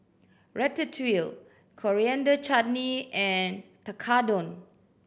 Ratatouille Coriander Chutney and Tekkadon